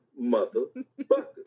motherfuckers